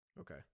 Okay